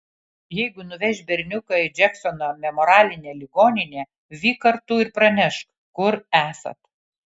jeigu nuveš berniuką į džeksono memorialinę ligoninę vyk kartu ir pranešk kur esat